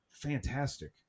fantastic